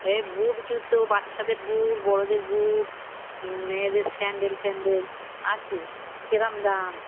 হ্যাঁ বুট জুতো বাচ্চাদের বুট বড়দের বুট মেয়েদের স্যান্ডেল ফ্যান্ডেল আছে কীরকম দাম